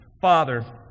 Father